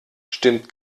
stimmt